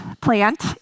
plant